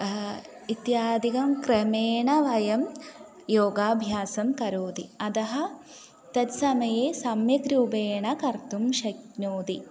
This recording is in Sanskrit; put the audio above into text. इत्यादिकं क्रमेण वयं योगाभ्यासं करोति अतः तत्समये सम्यक् रूपेण कर्तुं शक्नोति